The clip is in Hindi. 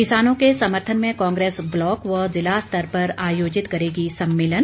किसानों के समर्थन में कांग्रेस ब्लॉक व ज़िला स्तर पर आयोजित करेगी सम्मेलन